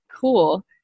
Cool